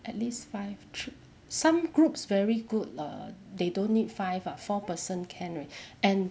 at least five trip~ some groups very good lah they don't need five uh four person can already and